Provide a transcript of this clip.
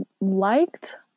liked